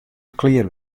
klear